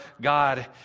God